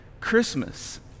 Christmas